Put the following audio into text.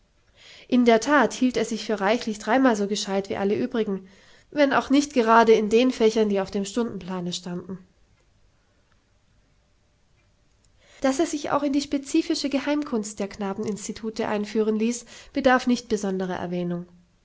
in der that hielt er sich für reichlich dreimal so gescheid wie alle übrigen wenn auch nicht gerade in den fächern die auf dem stundenplane standen daß er sich auch in die spezifische geheimkunst der knabeninstitute einführen ließ bedarf nicht besonderer erwähnung